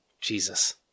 Jesus